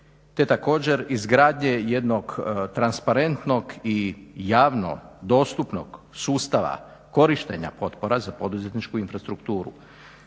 te također izgradnje jednog transparentnog i javno dostupnog sustava korištenja potpora za poduzetničku infrastrukturu.